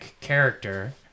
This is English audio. character